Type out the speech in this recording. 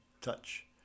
touch